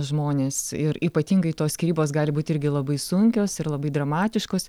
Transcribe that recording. žmonės ir ypatingai tos skyrybos gali būt irgi labai sunkios ir labai dramatiškos